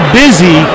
busy